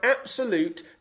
absolute